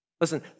Listen